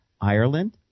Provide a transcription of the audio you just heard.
Ireland